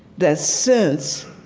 that sense,